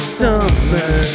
summer